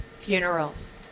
funerals